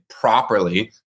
properly